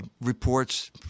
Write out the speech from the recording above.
reports